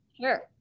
Sure